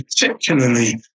particularly